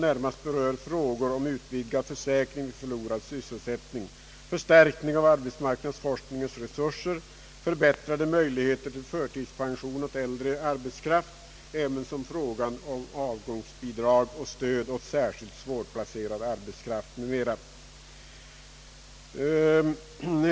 De gäller närmast frågor om utvidgad försäkring vid förlorad sysselsättning, förstärkning av arbetsmarknadsforskningens resurser, förbättrade möjligheter till förtidspension åt äldre arbetskraft ävensom frågan om avgångsbidrag och stöd åt särskilt svårplacerad arbetskraft m.m.